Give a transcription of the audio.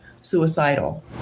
suicidal